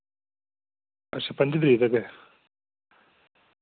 अच्छा पं'जी तरीक तक ऐ